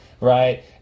Right